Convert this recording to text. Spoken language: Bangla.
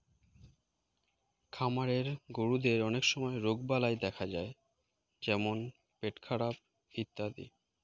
খামারের গরুদের অনেক সময় রোগবালাই দেখা যায় যেমন পেটখারাপ ইত্যাদি